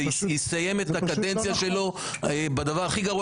הוא יסיים את הקדנציה שלו בדבר הכי גרוע